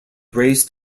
raced